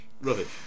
Rubbish